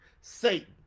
Satan